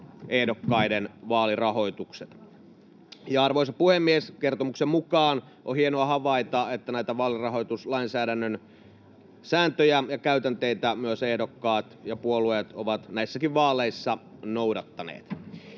ehdokkaiden vaalirahoitukset. Arvoisa puhemies! Kertomuksen mukaan on hienoa havaita, että näitä vaalirahoituslainsäädännön sääntöjä ja käytänteitä myös ehdokkaat ja puolueet ovat näissäkin vaaleissa noudattaneet.